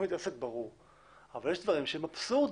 תוכנית עסק, ברור, אבל יש דברים שהם אבסורדים.